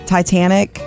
Titanic